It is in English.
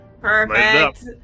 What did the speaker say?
Perfect